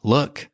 Look